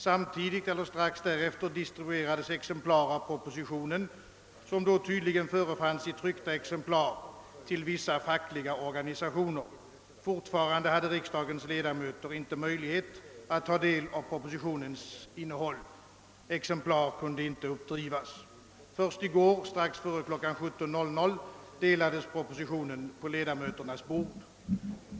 Samtidigt eller strax därefter distribuerades exemplar av propositionen, som då tydligen förefanns i tryckt skick, till vissa fackliga organisationer. Fortfarande hade riksdagens ledamöter inte möjlighet att ta del av propositionens innehåll. ; Exemplar kunde inte uppdrivas. Först i går, strax före kl. 17.00, delades propositionen ut på ledamöternas bord.